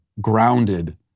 grounded